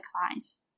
clients